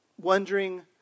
wondering